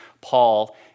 Paul